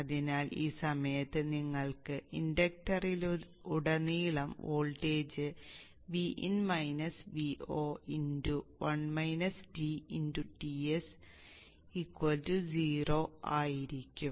അതിനാൽ ആ സമയത്ത് നിങ്ങൾക്ക് ഇൻഡക്ടറിലുടനീളം വോൾട്ടേജ് Ts 0 ആയിരിക്കും